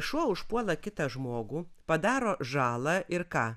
šuo užpuola kitą žmogų padaro žalą ir ką